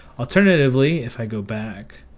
alternatively if i go back,